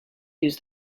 use